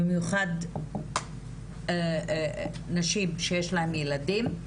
במיוחד נשים שיש להן ילדים,